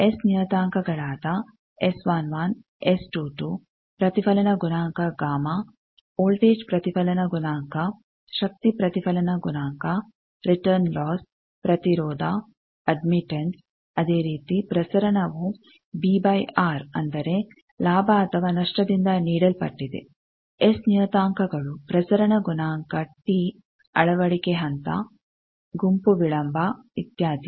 S ನಿಯತಾಂಕಗಳಾದ S11 S22 ಪ್ರತಿಫಲನ ಗುಣಾಂಕ ಗಾಮಾ Γ ವೋಲ್ಟೇಜ್ ಪ್ರತಿಫಲನ ಗುಣಾಂಕ ಶಕ್ತಿ ಪ್ರತಿಫಲನ ಗುಣಾಂಕ ರಿಟರ್ನ್ ಲಾಸ್ ಪ್ರತಿರೋಧ ಅಡ್ಮಿಟೆಂಸ್ ಅದೇ ರೀತಿ ಪ್ರಸರಣವು B R ಅಂದರೆ ಲಾಭ ಅಥವಾ ನಷ್ಟದಿಂದ ನೀಡಲ್ಪಟ್ಟಿದೆ ಎಸ್ ನಿಯತಾಂಕಗಳು ಪ್ರಸರಣ ಗುಣಾಂಕ ಟಿ ಅಳವಡಿಕೆ ಹಂತ ಗುಂಪು ವಿಳಂಬ ಇತ್ಯಾದಿ